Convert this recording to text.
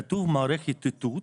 כתוב מערכת איתות,